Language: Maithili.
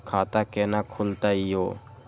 खाता केना खुलतै यो